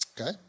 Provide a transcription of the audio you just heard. okay